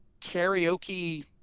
karaoke